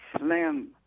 slim